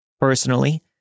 Personally